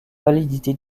validité